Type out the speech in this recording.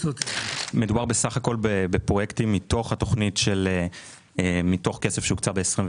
מדובר בסך הכול בפרויקטים מתוך כסף שהוקצה ב-21'